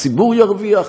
הציבור ירוויח,